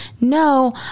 no